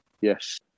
yes